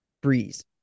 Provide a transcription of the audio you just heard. breeze